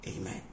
Amen